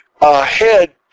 ahead